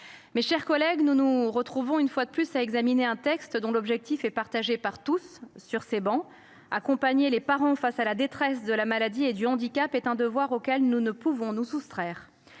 Mes chers collègues, nous nous retrouvons une fois de plus pour examiner un texte dont l’objectif fait l’unanimité sur les travées de cet hémicycle. Accompagner les parents face à la détresse de la maladie et du handicap est un devoir auquel nous ne pouvons nous soustraire.